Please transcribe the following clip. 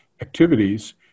activities